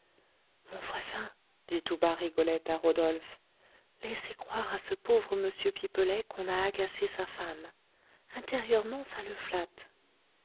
mon voisin dit tout bas rigolette à rodolphe laissez croire à ce pauvre m pipelet qu'on a agacé sa femme intérieurement ça le flatte